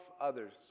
others